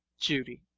judy